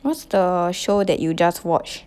what's the show that you just watch